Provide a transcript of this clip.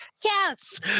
yes